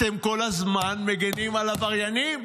אתם כל הזמן מגינים על עבריינים.